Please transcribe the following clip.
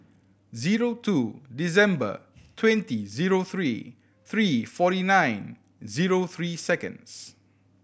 zero two December twenty zero three three forty nine zero three seconds